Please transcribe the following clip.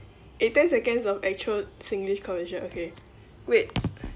eh ten seconds of actual singlish conversation okay great